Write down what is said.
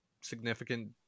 significant